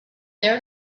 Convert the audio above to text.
there